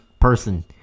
person